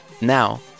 Now